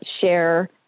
share